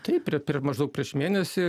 taip per per maždaug prieš mėnesį